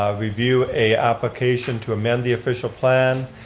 ah review a application to amend the official plan,